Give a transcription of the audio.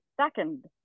second